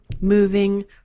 moving